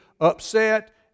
upset